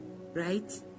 right